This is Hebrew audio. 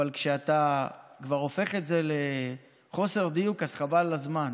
אבל כשאתה כבר הופך את זה לחוסר דיוק אז חבל על הזמן.